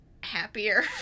happier